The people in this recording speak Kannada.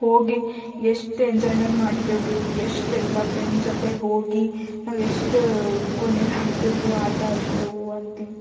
ಹೋಗಿ ಎಷ್ಟು ಎಂಜಾಯ್ಮೆಂಟ್ ಮಾಡ್ತೆವು ಎಷ್ಟೆಲ್ಲ ಫ್ರೆಂಡ್ ಜೊತೆಗೆ ಹೋಗಿ ನಾವು ಎಷ್ಟು ಕೋಣೆಲಿ ಆಡ್ತೇವು ಆಟಾಡ್ತೇವು ಅಂತ